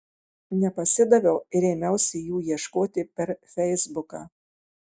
nepasidaviau ir ėmiausi jų ieškoti per feisbuką